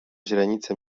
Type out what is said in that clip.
źrenice